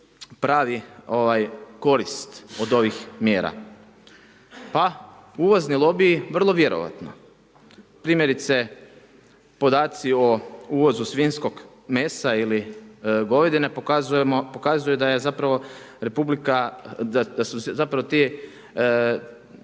pravi korist od ovih mjera? Pa uvozni lobiji, vrlo vjerojatno. Primjerice, podaci o uvozu svinjskog mesa ili govedine pokazuju da je zapravo republika, da su zapravo ti